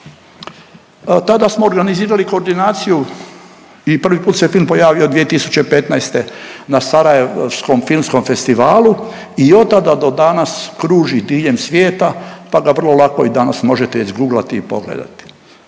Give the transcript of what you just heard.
Tada smo organizirali koordinaciju i prvi put se film pojavio 2015. na Sarajevskom filmskom festivalu i od tada do danas kruži diljem svijeta pa ga vrlo lako i danas možete izguglati i pogledati.